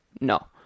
No